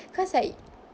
cause like